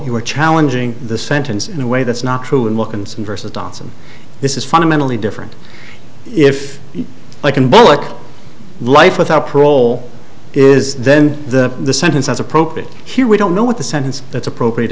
you are challenging the sentence in a way that's not true and wilkinson versus datsun this is fundamentally different if i can bullock life without parole is then the sentence as appropriate here we don't know what the sentence that's appropriate